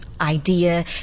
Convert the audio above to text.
idea